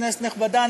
כנסת נכבדה,